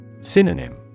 Synonym